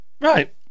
Right